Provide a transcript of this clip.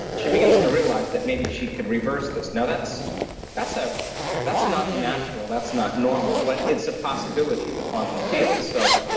she begins to realize that maybe she could reverse this. now, that's that's ah not natural, that's not normal, but it's a possibility in the quantum field so